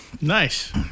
Nice